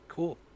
Cool